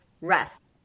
rest